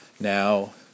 now